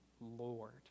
Lord